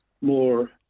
more